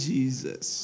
Jesus